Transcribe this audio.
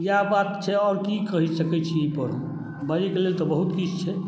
इएह बात छै आओर की कहि सकै छी अइपर बाजैके लिऽ तऽ बहुत किछु छै